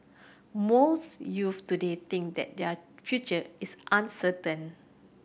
most youths today think that their future is uncertain